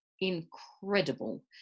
incredible